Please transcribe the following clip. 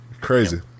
Crazy